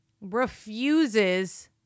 refuses